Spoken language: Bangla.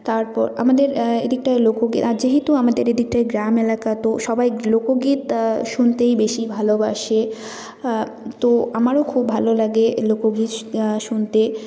তারপর আমাদের এদিকটায় লোকগীত আর যেহেতু আমাদের এদিকটায় গ্রাম এলাকা তো সবাই লোকগীত শুনতেই বেশি ভালোবাসে তো আমারও খুব ভালো লাগে লোকগীত শু শুনতে